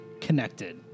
connected